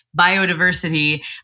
biodiversity